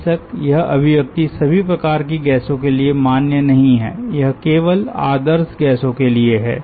बेशक यह अभिव्यक्ति सभी प्रकार की गैसों के लिए मान्य नहीं हैयह केवल आदर्श गैसों के लिए है